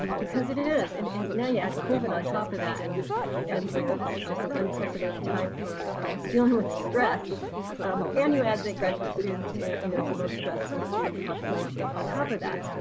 because it it is. and and now you add covid on top of that. and and you know this is just an unprecedented time for dealing with stress um and you add that graduate students you know is the most stressful student population on top of that.